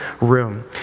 Room